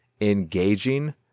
engaging